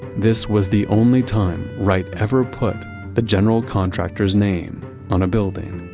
this was the only time wright ever put the general contractor's name on a building